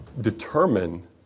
determine